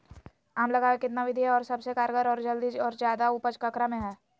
आम लगावे कितना विधि है, और सबसे कारगर और जल्दी और ज्यादा उपज ककरा में है?